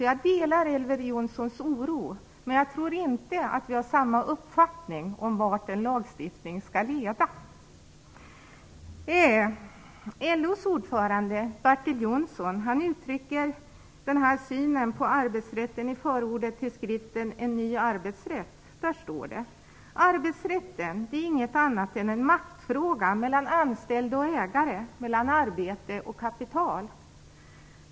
Jag delar Elver Jonssons oro, men jag tror inte att vi har samma uppfattning om vart en lagstiftning skall leda. LO:s ordförande Bertil Jonsson uttrycker synen på arbetsrätten i förordet till skriften En ny arbetsrätt. Där står det: Arbetsrätten är inget annat än en maktfråga mellan anställda och ägare, mellan arbete och kapital.